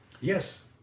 Yes